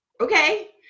Okay